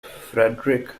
frederic